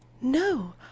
no